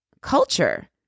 culture